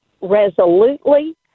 resolutely